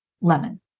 lemon